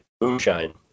moonshine